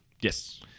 Yes